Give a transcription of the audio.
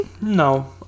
no